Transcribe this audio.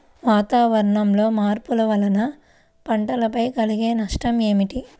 వాతావరణంలో మార్పుల వలన పంటలపై కలిగే నష్టం ఏమిటీ?